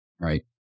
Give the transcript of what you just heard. right